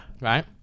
Right